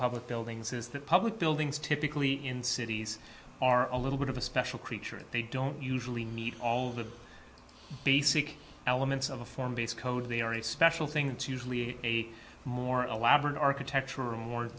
public buildings is that public buildings typically in cities are a little bit of a special creature they don't usually need all the basic elements of a form base code they are a special thing to usually a more elaborate architecture or